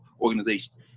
organizations